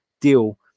deal